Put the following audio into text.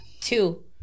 two